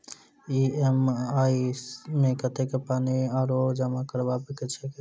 EMI मे कतेक पानि आओर जमा करबाक छैक?